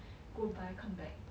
go buy come back